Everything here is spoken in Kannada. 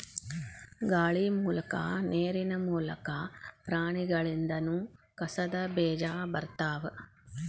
ಗಾಳಿ ಮೂಲಕಾ ನೇರಿನ ಮೂಲಕಾ, ಪ್ರಾಣಿಗಳಿಂದನು ಕಸದ ಬೇಜಾ ಬರತಾವ